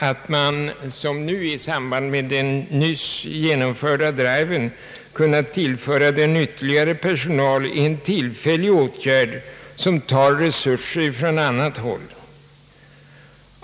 Att man som nu i samband med den nyligen genomförda driven kunnat tillföra densamma ytterligare personal är bara en tillfällig åtgärd som tar resurser från annat håll.